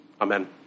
amen